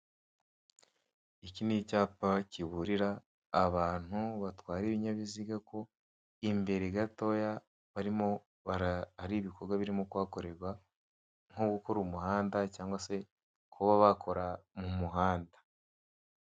Iki ni icyapa kiburira abantu batwara ibinyabiziga ko imbere gatoya hari ibikorwa birimo kuhakorerwa nko gukora umuhanda se cyangwa kuba bakora mu muhanda.